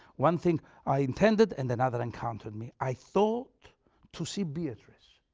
one thing i intended, and another encountered me i thought to see beatrice,